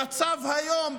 במצב היום,